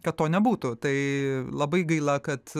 kad to nebūtų tai labai gaila kad